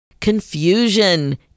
confusion